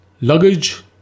luggage